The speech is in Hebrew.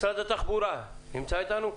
משרד התחבורה נמצא איתנו?